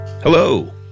Hello